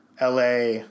LA